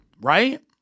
right